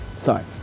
sorry